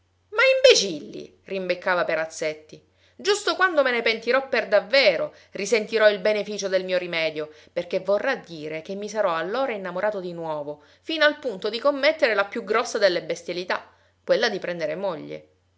ma imbecilli rimbeccava perazzetti giusto quando me ne pentirò per davvero risentirò il beneficio del mio rimedio perché vorrà dire che mi sarò allora innamorato di nuovo fino al punto di commettere la più grossa delle bestialità quella di prendere moglie